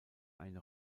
eine